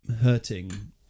hurting